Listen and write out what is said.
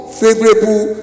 favorable